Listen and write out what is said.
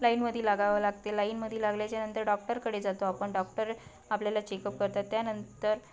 लाईनमध्ये लागावं लागते लाईनमध्ये लागल्याच्यानंतर डॉक्टरकडे जातो आपण डॉक्टर आपल्याला चेकअप करतात त्यानंतर